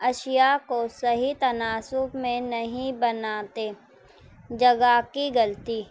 اشیاء کو صحیح تناسب میں نہیں بناتے جگہ کی غلطی